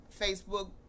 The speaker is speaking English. Facebook